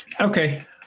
Okay